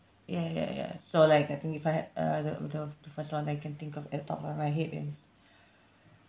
ya ya ya so like I think if I had uh the the the first one I can think of at the top of my head is